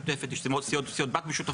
משותפת, יש סיעה משותפת, יש סיעות בת משותפות.